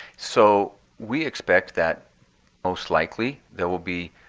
so we expect that most likely there will be